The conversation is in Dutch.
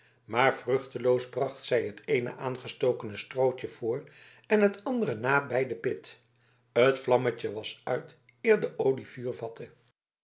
maar vruchteloos bracht zij het eene aangestokene strootje voor en het andere na bij de pit het vlammetje was uit eer de olie